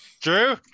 Drew